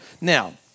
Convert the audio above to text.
Now